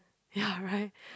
ya right